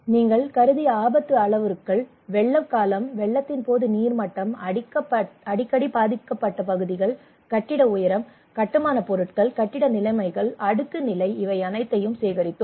நாங்கள் கருதிய ஆபத்து அளவுருக்கள் வெள்ள காலம் வெள்ளத்தின் போது நீர்மட்டம் அடிக்கடி பாதிக்கப்பட்ட பகுதிகள் கட்டிட உயரம் கட்டுமானப் பொருட்கள் கட்டிட நிலைமைகள் அடுக்கு நிலை இவை அனைத்தும் சேகரித்தோம்